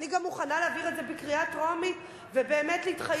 אני גם מוכנה להעביר את זה בקריאה טרומית ובאמת להתחייב,